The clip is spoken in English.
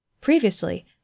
Previously